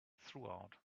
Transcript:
throughout